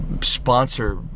sponsor